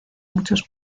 muchos